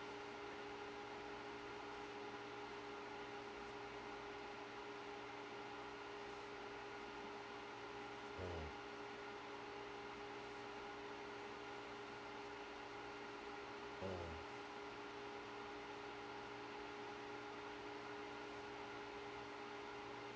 mm mm